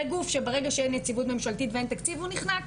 זה גוף שברגע שאין יציבות ממשלתית ואין תקציב הוא נחנק.